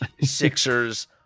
Sixers